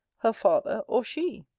her father or she?